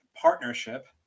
partnership